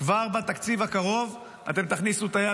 כבר בתקציב הקרוב אתם תכניסו את היד